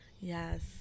Yes